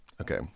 Okay